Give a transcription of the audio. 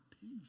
peace